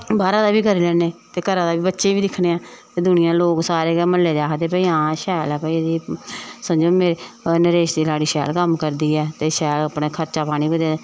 बाह्रा दा बी करी लैन्ने ते घरा दा बी बच्चे बी दिक्खने ते दुनिया लोग सारे गै म्हल्ले दे आखदे हां शैल ऐ भई समझो नरेश दी लाड़ी शैल कम्म करदी ऐ ते शैल अपना खर्चा पानी कुतै